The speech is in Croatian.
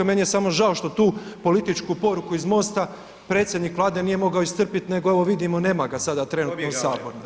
Meni je samo žao što tu političku poruku iz MOST-a predsjednik Vlade nije mogao istrpiti nego evo vidimo nema ga sada trenutno u sabornici